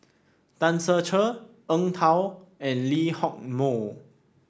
Tan Ser Cher Eng Tow and Lee Hock Moh